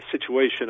situation